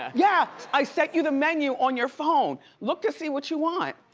yeah. yeah. i sent you the menu on your phone. look to see what you want.